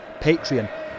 Patreon